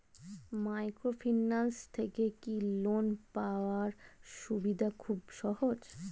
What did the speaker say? Microfinance থেকে কি loan পাওয়ার সুবিধা খুব সহজ?